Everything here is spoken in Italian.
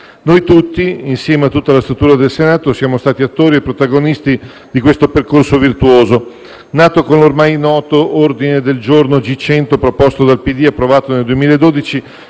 Noi tutti, insieme a tutta la struttura del Senato, siamo stati attori e protagonisti di questo percorso virtuoso, nato con l'ormai noto ordine del giorno G100 - proposto dal PD e approvato nel 2012